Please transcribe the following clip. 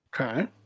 Okay